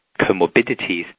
comorbidities